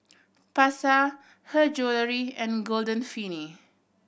Pasar Her Jewellery and Golden Peony